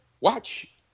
watch